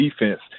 defense